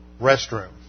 restroom